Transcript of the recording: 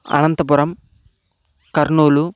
Anantapuram Kurnool